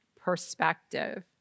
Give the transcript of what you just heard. perspective